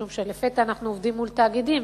משום שלפתע אנחנו עובדים מול תאגידים,